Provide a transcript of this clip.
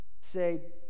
say